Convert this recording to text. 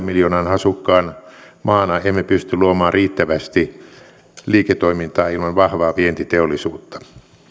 miljoonan asukkaan maana emme pysty luomaan riittävästi liiketoimintaa ilman vahvaa vientiteollisuutta